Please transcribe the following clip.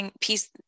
piece